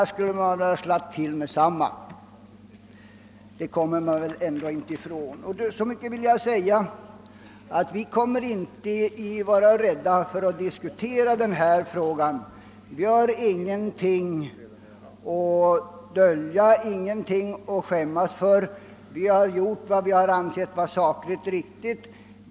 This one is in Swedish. Så mycket vill jag säga, att vi inte kommer att vara rädda för att diskutera denna fråga. Vi har ingenting att dölja och ingenting att skämmas för. Vi har gjort vad vi ansett sakligt riktigt.